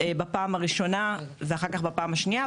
בפעם הראשונה ואחר כך בפעם השנייה,